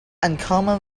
uncommon